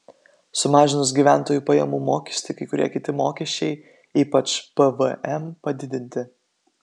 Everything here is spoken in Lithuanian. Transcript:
sumažinus gyventojų pajamų mokestį kai kurie kiti mokesčiai ypač pvm padidinti